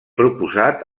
proposat